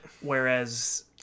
Whereas